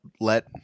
let